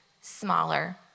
smaller